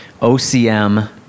OCM